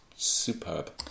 Superb